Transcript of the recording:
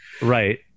right